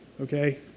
Okay